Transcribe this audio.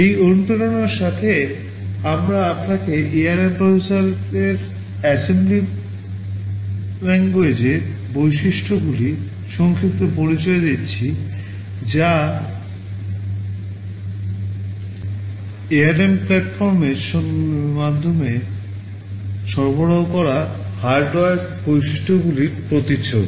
এই অনুপ্রেরণার সাথে আমরা আপনাকে ARM প্রসেসরের assembly language এর বৈশিষ্ট্যগুলির সংক্ষিপ্ত পরিচিতি দিচ্ছি যা ARM প্ল্যাটফর্মের মাধ্যমে সরবরাহ করা হার্ডওয়্যার বৈশিষ্ট্যগুলির প্রতিচ্ছবি